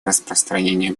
распространение